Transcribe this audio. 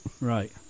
Right